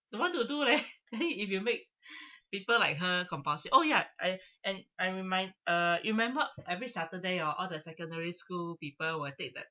don't want to do leh if you make people like her compulsory oh ya I and I remind uh you remember every saturday oh all the secondary school people will take the